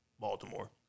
Baltimore